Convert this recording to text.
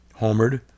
homered